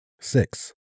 Six